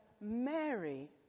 Mary